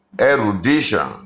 erudition